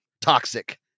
Toxic